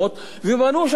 ובנו שמה עיר.